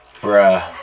Bruh